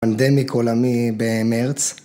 Pandemic עולמי במרץ.